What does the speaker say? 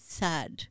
sad